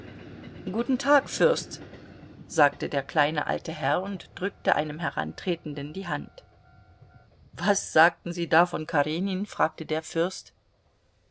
guten tag fürst sagte der kleine alte herr und drückte einem herantretenden die hand was sagten sie da von karenin fragte der fürst